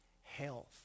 health